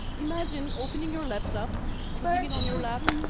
imagine opening your laptop, putting it on your laps,